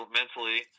mentally